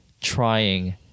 trying